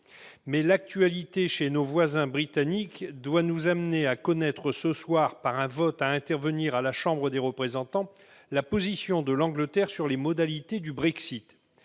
Mais l'actualité chez nos voisins britanniques doit nous amener à connaître ce soir, par un vote qui doit intervenir à la chambre des représentants, la position de la Grande-Bretagne sur les modalités du Brexit.